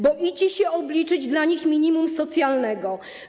Boicie się obliczyć dla nich minimum socjalne.